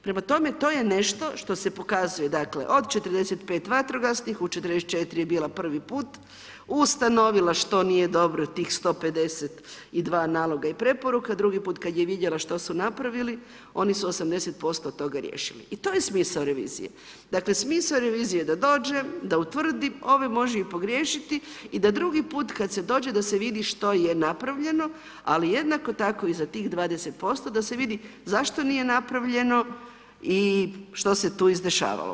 Prema tome to je nešto što se pokazuje od 45 vatrogasnih, u 44 je bila prvi put ustanovila što nije dobro u tih 152 naloga i preporuka, drugi put kad je vidjela što su napravili oni su 80% toga riješili i to je smisao revizije, dakle smisao revizije je da dođe, da utvrdi, ovi može i pogriješiti i da drugi put kad se dođe da se vidi što je napravljeno, ali jednako tako i za tih 20% da se vidi zašto nije napravljeno i što se tu izdešavalo.